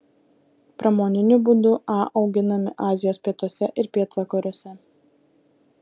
pramoniniu būdu a auginami azijos pietuose ir pietvakariuose